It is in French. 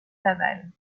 laval